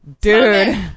Dude